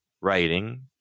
writing